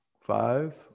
Five